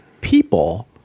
people